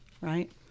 right